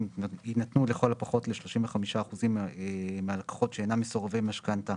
יינתנו לכל הפחות ל-35% מהלקוחות שאינם מסורבי משכנתא